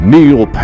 Neil